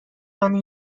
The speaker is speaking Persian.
منو